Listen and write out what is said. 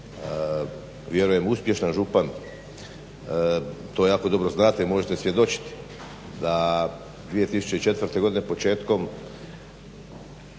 vjerujem uspješan župan to jako dobro znate i možete svjedočiti da 2004. godine početkom